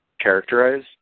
characterize